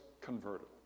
converted